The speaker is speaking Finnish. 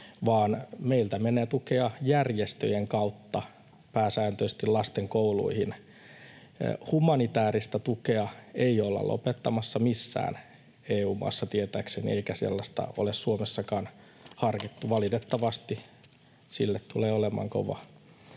meiltä menee tukea järjestöjen kautta pääsääntöisesti lasten kouluihin. Humanitääristä tukea ei tietääkseni olla lopettamassa missään EU-maassa, eikä sellaista ole Suomessakaan harkittu. Valitettavasti sille tulee olemaan kova